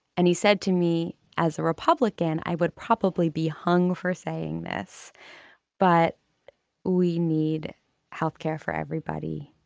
and he said to me as a republican i would probably be hung for saying this but we need health care for everybody.